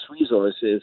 resources